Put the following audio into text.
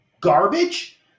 garbage